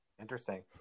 Interesting